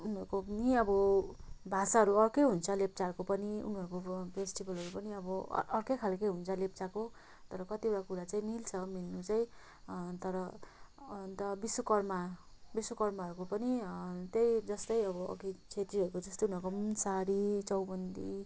उनीहरूको पनि अब भाषाहरू अर्कै हुन्छ लेप्चाहरूको पनि उनीहरूको फेस्टिभलहरू पनि अब अ अर्कै खालको हुन्छ लेप्चाको तर कतिवटा कुरा चाहिँ मिल्छ मिल्नु चाहिँ तर अन्त विश्वकर्म विश्वकर्महरूको पनि त्यही जस्तै अब अघि छेत्रीहरूको जस्तै उनीहरूको पनि सारी चौबन्दी